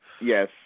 yes